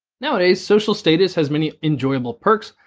nowadays, social status has many enjoyable perks,